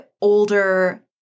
older